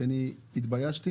כי התביישתי